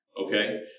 Okay